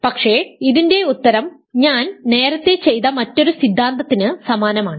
പക്ഷേ ഇതിന്റെ ഉത്തരം ഞാൻ നേരത്തെ ചെയ്ത മറ്റൊരു സിദ്ധാന്തത്തിന് സമാനമാണ്